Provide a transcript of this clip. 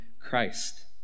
Christ